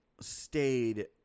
stayed